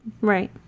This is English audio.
Right